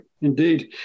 indeed